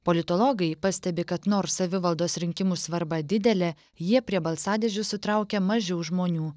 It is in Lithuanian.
politologai pastebi kad nors savivaldos rinkimų svarba didelė jie prie balsadėžių sutraukia mažiau žmonių